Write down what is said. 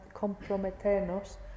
comprometernos